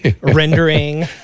Rendering